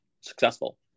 successful